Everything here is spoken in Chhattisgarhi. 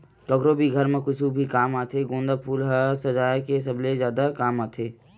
कखरो भी घर म कुछु भी काम आथे गोंदा फूल ह सजाय के सबले जादा काम आथे